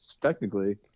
technically